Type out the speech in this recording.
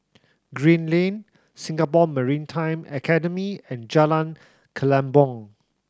Green Lane Singapore Maritime Academy and Jalan Kelempong